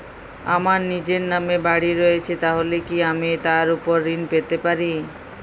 আমার নিজের নামে বাড়ী রয়েছে তাহলে কি আমি তার ওপর ঋণ পেতে পারি?